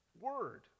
word